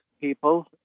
people